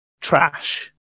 trash